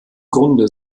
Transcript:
grunde